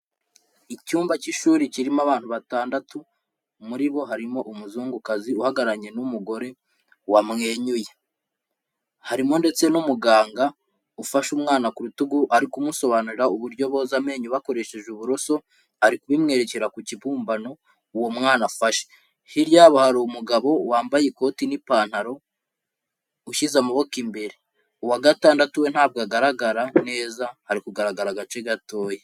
Icyumba k'ishuri kirimo abantu batandatu, muri bo harimo umuzunguzi ugararanye n'umugore wanyuye, harimo ndetse n'umuganga ufashe umwana ku rutugu ari kumusobanurira uburyo boza amenyo bakoresheje uburoso, ari kubimwerekera ku kibumbano uwo mwana afashe, hirya yabo hari umugabo wambaye ikoti n'ipantaro ushyize amaboko imbere, uwa gatandatu we ntabwo agaragara neza hari kugaragara agace gatoya.